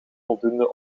voldoende